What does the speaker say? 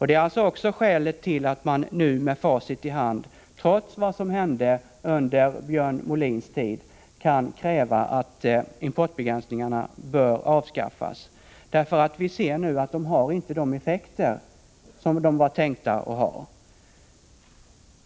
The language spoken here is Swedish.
Detta är också skälet till att man nu — med facit i hand — trots vad som hände under Björn Molins tid kan kräva att importbegränsningarna avskaffas. Vi ser nu att de inte har de effekter som de var tänkta att ha.